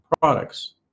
products